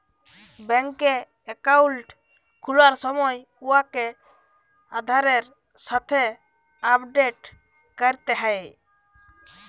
ব্যাংকে একাউল্ট খুলার সময় উয়াকে আধারের সাথে আপডেট ক্যরতে হ্যয়